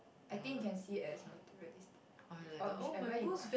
I think you can see as materialistic or whichever you want